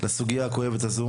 בסוגייה הזו.